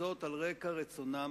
וזאת על רקע רצונם